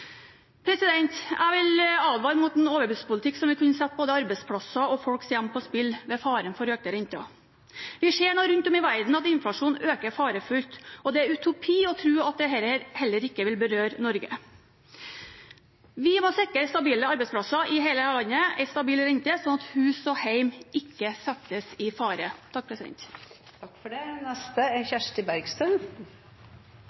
Jeg vil advare mot en overbudspolitikk som vil kunne sette både arbeidsplasser og folks hjem på spill, ved faren for økte renter. Vi ser nå rundt om i verden at inflasjonen øker faretruende, og det er utopi å tro at dette ikke vil berøre Norge. Vi må sikre stabile arbeidsplasser i hele landet og en stabil rente, sånn at hus og hjem ikke settes i fare. I åtte mørkeblå år har SV kjempet mot usosiale kutt. Nå er